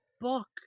book